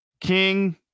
King